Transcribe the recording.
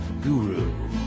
guru